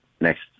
next